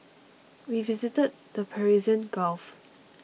we visited the Persian Gulf